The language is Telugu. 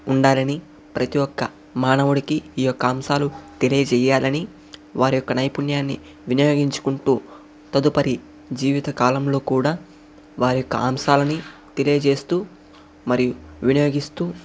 ఉండాలని ప్రతి ఒక్క మానవుడికి ఈ ఒక్క అంశాలు తెలియచేయాలని వారి యొక్క నైపుణ్యాన్ని వినియోగించుకుంటు తదుపరి జీవిత కాలంలో కూడా వారి యొక్క అంశాలని తెలియచేస్తు మరియు వినియోగిస్తు